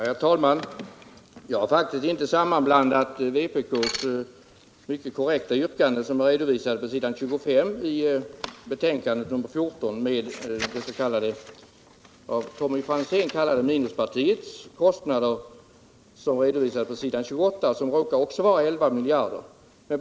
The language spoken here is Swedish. Herr talman! Jag har faktiskt inte sammanblandat vpk:s mycket korrekta yrkande, som redovisas på s. 25 i skatteutskottets betänkande nr 14, med minuspartiets — det var Tommy Franzén som använde den benämningen — kostnader, vilka redovisas på s. 28 i samma betänkande och som också råkar uppgå till 11 miljarder kronor.